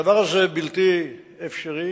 הדבר הזה בלתי אפשרי,